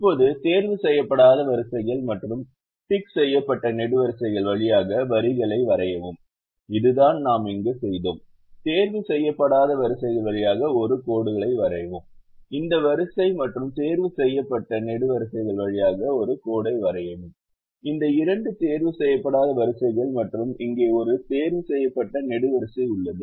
இப்போது தேர்வு செய்யப்படாத வரிசைகள் மற்றும் டிக் செய்யப்பட்ட நெடுவரிசைகள் வழியாக வரிகளை வரையவும் இதுதான் நாம் இங்கு செய்தோம் தேர்வு செய்யப்படாத வரிசைகள் வழியாக ஒரு கோடுகளை வரையவும் இந்த வரிசை மற்றும் தேர்வு செய்யப்பட்ட நெடுவரிசைகள் வழியாக ஒரு கோடுகளை வரையவும் இந்த இரண்டு தேர்வு செய்யப்படாத வரிசைகள் மற்றும் இங்கே ஒரு தேர்வு செய்யப்பட்ட நெடுவரிசை உள்ளது